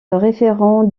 référent